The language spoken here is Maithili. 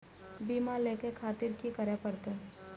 बीमा लेके खातिर की करें परतें?